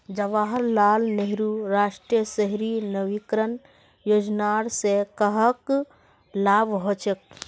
जवाहर लाल नेहरूर राष्ट्रीय शहरी नवीकरण योजनार स कहाक लाभ हछेक